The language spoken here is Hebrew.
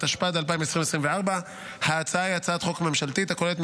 התשפ"ד 2024. ההצעה היא הצעת חוק ממשלתית הכוללת כמה